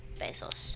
pesos